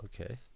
Okay